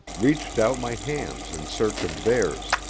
reached out my hands in search of theirs,